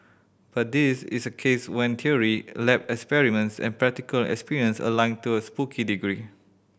but this is a case when theory lab experiments and practical experience align to a spooky degree